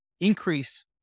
increase